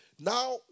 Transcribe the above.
Now